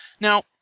Now